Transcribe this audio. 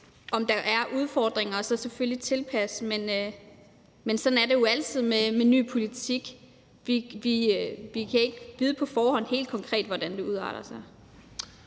om der er udfordringer, og så må vi selvfølgelig tilpasse det. Men sådan er det jo altid med ny politik. Vi kan ikke vide på forhånd helt konkret, hvordan det udarter.